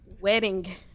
Wedding